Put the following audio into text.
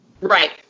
Right